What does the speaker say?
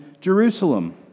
Jerusalem